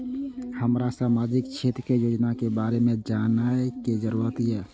हमरा सामाजिक क्षेत्र के योजना के बारे में जानय के जरुरत ये?